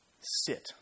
Sit